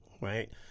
right